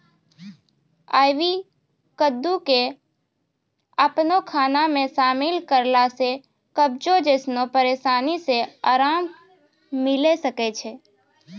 आइ.वी कद्दू के अपनो खाना मे शामिल करला से कब्जो जैसनो परेशानी से अराम मिलै सकै छै